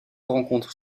rencontre